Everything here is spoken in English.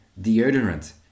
deodorant